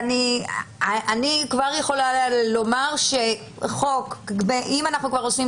אני כבר יכולה לומר שאם אנחנו כבר עושים